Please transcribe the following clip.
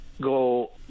go